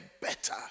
better